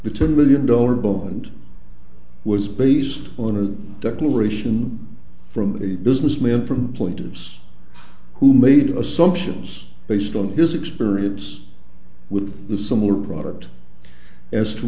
two million dollar bond was based on a declaration from a businessman from plaintiffs who made assumptions based on his experience with the similar product as to